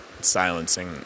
silencing